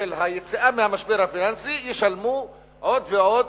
היציאה מהמשבר הפיננסי ישלמו עוד ועוד,